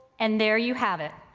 and there you have it.